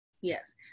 yes